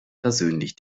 persönlich